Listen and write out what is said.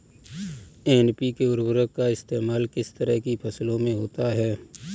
NPK उर्वरक का इस्तेमाल किस तरह की फसलों में होता है?